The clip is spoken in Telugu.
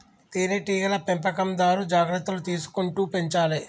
తేనె టీగల పెంపకందారు జాగ్రత్తలు తీసుకుంటూ పెంచాలే